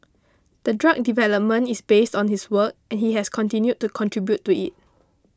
the drug development is based on his work and he has continued to contribute to it